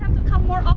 come here